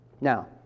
Now